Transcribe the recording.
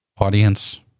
audience